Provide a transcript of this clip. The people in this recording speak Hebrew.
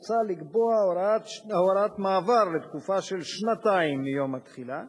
מוצע לקבוע הוראת מעבר לתקופה של שנתיים מיום התחילה,